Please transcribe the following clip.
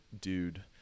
dude